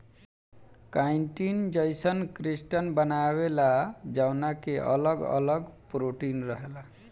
chitin जईसन crystal बनावेला जवना के अगल अगल प्रोटीन रहेला